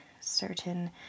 certain